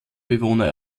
bewohner